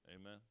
Amen